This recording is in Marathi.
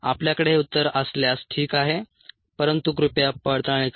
आपल्याकडे हे उत्तर असल्यास ठीक आहे परंतु कृपया पडताळणी करा